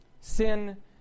sin